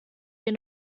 wir